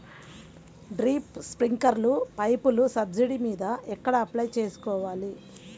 Drip, స్ప్రింకర్లు పైపులు subsidy మీద ఎక్కడ అప్లై చేసుకోవాలి?